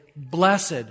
Blessed